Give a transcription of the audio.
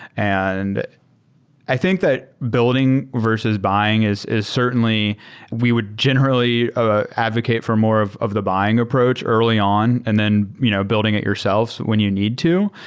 and i think that building versus buying is is certainly we would generally ah advocate for more of of the buying approach early on and then you know building it your selves when you need to.